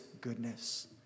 goodness